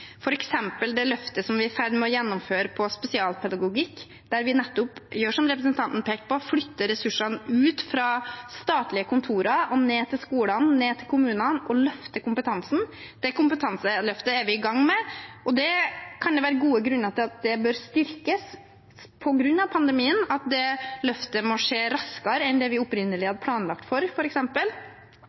det løftet vi er i ferd med å gjennomføre på spesialpedagogikk, der vi nettopp gjør som representanten pekte på, og flytter ressursene ut fra statlige kontorer og ned til skolene, ned til kommunene, og løfter kompetansen. Det kompetanseløftet er vi i gang med, og det kan være gode grunner til at det bør styrkes på grunn av pandemien, f.eks. at det løftet må skje raskere enn det vi opprinnelig hadde planlagt for.